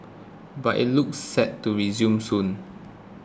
but it looks set to resume soon